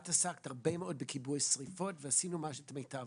עסקת הרבה מאוד בכיבוי שרפות ועשינו את המיטב.